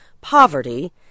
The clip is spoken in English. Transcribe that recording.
poverty